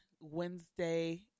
Wednesday